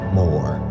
more